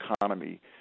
economy